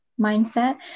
mindset